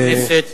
חבר הכנסת